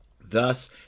thus